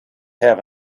have